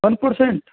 one percent